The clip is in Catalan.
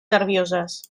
nervioses